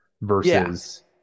versus